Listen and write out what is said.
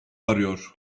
arıyor